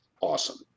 awesome